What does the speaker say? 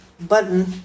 button